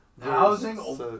housing